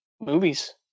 movies